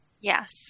Yes